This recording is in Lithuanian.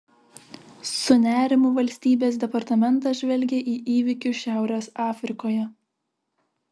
su nerimu valstybės departamentas žvelgia į įvykius šiaurės afrikoje